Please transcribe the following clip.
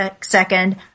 second